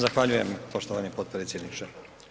Zahvaljujem poštovani potpredsjedniče.